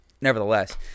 nevertheless